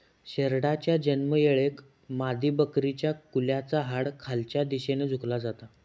शेरडाच्या जन्मायेळेक मादीबकरीच्या कुल्याचा हाड खालच्या दिशेन झुकला जाता